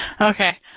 Okay